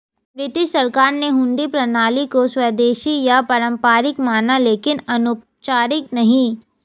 British सरकार ने हुंडी प्रणाली को स्वदेशी या पारंपरिक माना लेकिन अनौपचारिक नहीं